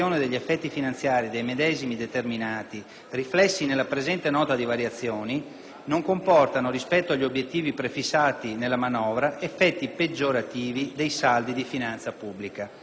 non comportano, rispetto agli obiettivi prefissati nella manovra, effetti peggiorativi dei saldi di finanza pubblica. Le implicazioni finanziarie, contenute nella Seconda Nota di variazioni, comportano modifiche: